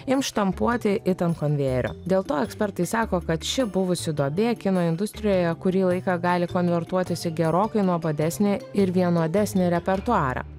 ims štampuoti it ant konvejerio dėlto ekspertai sako kad ši buvusi duobė kino industrijoje kurį laiką gali konvertuotis į gerokai nuobodesnį ir vienodesnį repertuarą